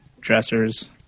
dressers